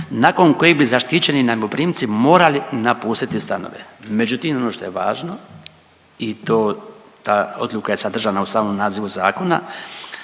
nakon kojeg bi zaštićeni najmoprimci morali napustiti stanove. Međutim ono što je važno i to, ta odluka je sadržana u samom nazivu zakona,